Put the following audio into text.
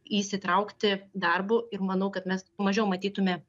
įsitraukti darbu ir manau kad mes mažiau matytume